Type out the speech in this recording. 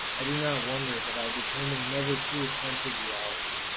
i do not wonder that i determined never to attend to geology.